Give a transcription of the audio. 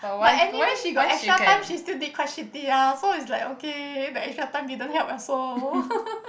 but anyway she got extra time she still did quite shitty ah so it's like okay the extra time didn't help also